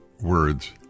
words